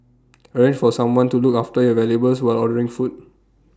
arrange for someone to look after your valuables while ordering food